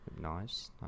nice